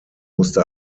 musste